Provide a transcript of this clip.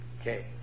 Okay